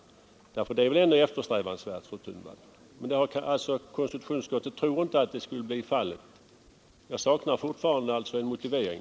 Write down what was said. Det är väl ändå eftersträvansvärt, fru Thunvall? Men konstitu tionsutskottet tror kanske inte att det skulle bli fallet. Jag saknar fortfarande en motivering.